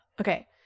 Okay